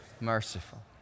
Merciful